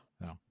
no